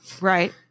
Right